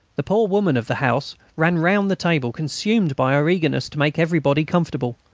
the poor woman of the house ran round the table, consumed by her eagerness to make everybody comfortable.